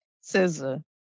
Scissor